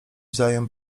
wzajem